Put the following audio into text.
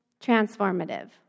transformative